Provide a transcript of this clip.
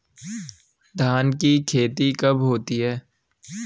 धान की खेती कब होती है?